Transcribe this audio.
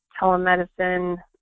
telemedicine